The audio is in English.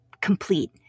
complete